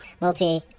Multi